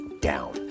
down